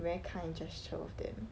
very kind gesture of them